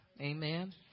Amen